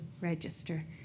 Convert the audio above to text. register